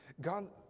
God